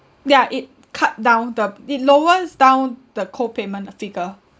yeah it cut down the it lowers down the co-payment uh figure